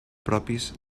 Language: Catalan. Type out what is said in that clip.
propis